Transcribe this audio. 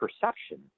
perception